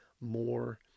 more